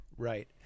Right